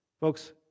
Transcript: Folks